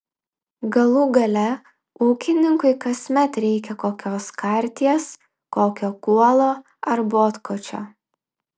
galų gale ūkininkui kasmet reikia kokios karties kokio kuolo ar botkočio